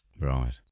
Right